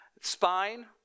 spine